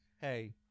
Hey